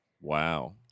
Wow